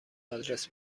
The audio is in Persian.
آدرس